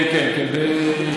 כן, כן, וכן.